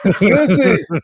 Listen